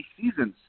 seasons